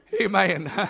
Amen